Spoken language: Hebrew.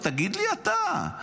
ותגיד לי אתה,